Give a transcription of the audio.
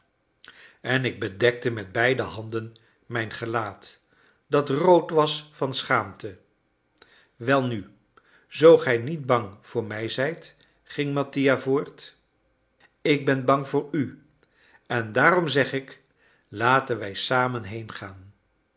en ik bedekte met beide handen mijn gelaat dat rood was van schaamte welnu zoo gij niet bang voor mij zijt ging mattia voort ik ben bang voor u en daarom zeg ik laten wij samen